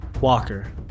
Walker